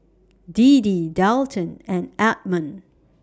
Deedee Dalton and Edmon